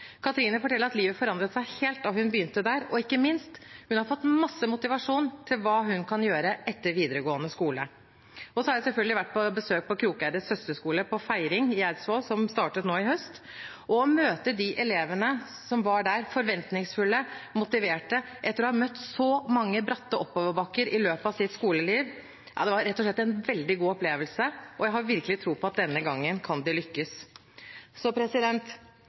Katrine forteller at livet forandret seg helt da hun begynte der, ikke minst har hun fått masse motivasjon til hva hun kan gjøre etter videregående skole. Så har jeg selvfølgelig vært på besøk på Krokeides søsterskole i Feiring i Eidsvoll, som startet nå i høst. Å møte elevene som var der – forventningsfulle og motiverte etter å ha møtt så mange bratte oppoverbakker i løpet av sitt skoleliv – var rett og slett en veldig god opplevelse. Jeg har virkelig tro på at denne gangen kan det lykkes.